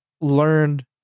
learned